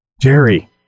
Jerry